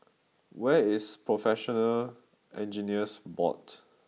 where is Professional Engineers Board